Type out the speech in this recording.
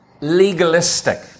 legalistic